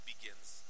begins